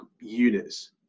units